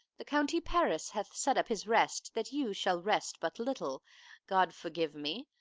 the county paris hath set up his rest that you shall rest but little god forgive me!